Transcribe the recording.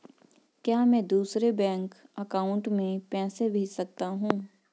क्या मैं दूसरे बैंक अकाउंट में पैसे भेज सकता हूँ?